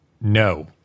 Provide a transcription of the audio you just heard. No